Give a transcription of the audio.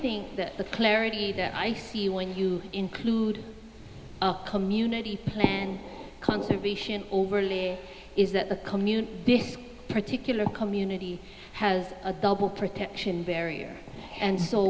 think that the clarity that i see when you include community and conservation overly is that the commune this particular community has a double protection barrier and so